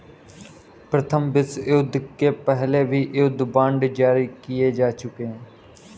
प्रथम विश्वयुद्ध के पहले भी युद्ध बांड जारी किए जा चुके हैं